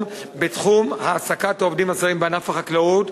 בתחום העסקת העובדים הזרים בענף החקלאות,